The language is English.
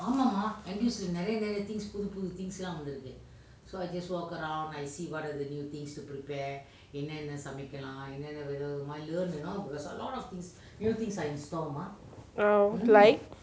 oh like